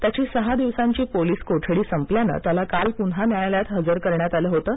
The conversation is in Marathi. त्याची सहा दिवसांची पोलीस कोठडी संपल्यानं त्याला काल पुन्हा न्यायालयात हजर करण्यात आलं होतं